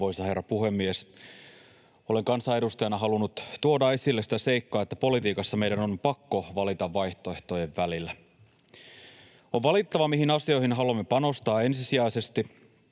Arvoisa herra puhemies! Olen kansanedustajana halunnut tuoda esille sitä seikkaa, että politiikassa meidän on pakko valita vaihtoehtojen välillä. On valittava, mihin asioihin haluamme panostaa ensisijaisesti,